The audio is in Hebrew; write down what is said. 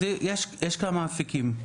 אז יש כמה אפיקים,